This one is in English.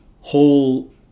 whole